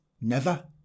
Never